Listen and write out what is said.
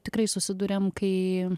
tikrai susiduriam kai